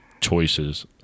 choices